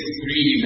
three